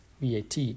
VAT